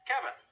Kevin